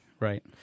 Right